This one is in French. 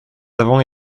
avons